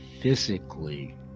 physically